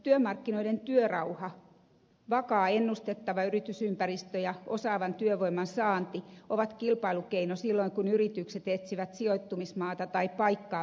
työmarkkinoiden työrauha vakaa ennustettava yritysympäristö ja osaavan työvoiman saanti ovat kilpailukeino silloin kun yritykset etsivät sijoittumismaata tai paikkaa pääkonttorille